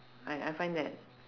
I I find that